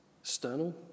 External